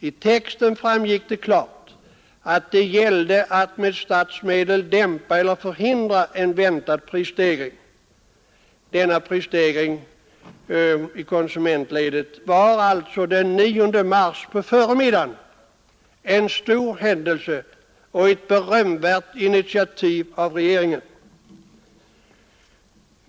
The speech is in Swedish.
I texten framgick det klart att det gällde att med statsmedel dämpa eller förhindra en väntad prisstegring. Denna prisdämpning i konsumentledet var alltså den 9 mars på förmiddagen en stor händelse och ett berömvärt initiativ av regeringen.